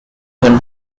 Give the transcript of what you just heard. him